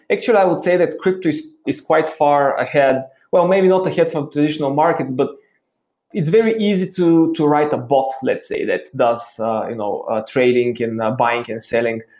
actually i would say that crypto is is quite far ahead well, maybe not ahead from traditional markets, but it's very easy to to write a bot let's say that does you know ah trading and buying and selling.